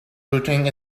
routing